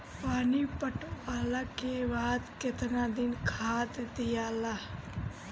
पानी पटवला के बाद केतना दिन खाद दियाला?